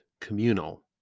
communal